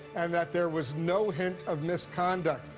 and that there was no hint of misconduct.